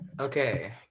Okay